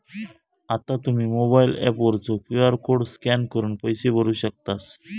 आता तुम्ही mobile app वरचो क्यू.आर कोड स्कॅन करून पैसे भरू शकतास